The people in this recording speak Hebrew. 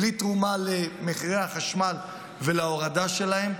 בלי תרומה למחירי החשמל ולהורדה שלהם.